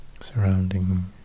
surrounding